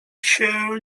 się